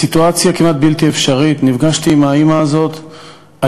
בסיטואציה כמעט בלתי אפשרית נפגשתי עם האימא הזאת,